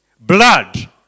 blood